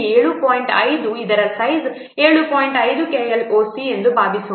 5 KLOC ಎಂದು ಭಾವಿಸೋಣ